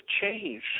change